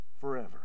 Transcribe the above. forever